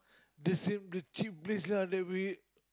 the Sim the cheap place lah that we